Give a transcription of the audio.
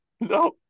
No